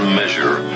measure